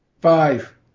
Five